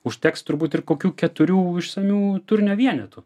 užteks turbūt ir kokių keturių išsamių turinio vienetų